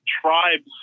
tribes